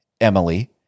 Emily